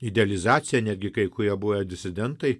idealizacija netgi kai kurie buvę disidentai